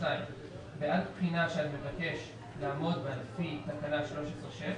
"(ג2)בעד בחינה שעל מבקש לעמוד בה לפי תקנה 13(6),